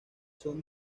son